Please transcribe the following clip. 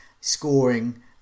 scoring